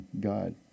God